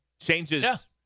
changes